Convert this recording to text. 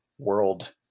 World